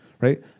right